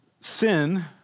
Sin